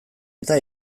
eta